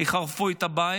יחרבו את הבית.